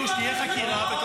חברותיי וחבריי לכנסת,